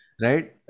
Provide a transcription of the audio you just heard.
Right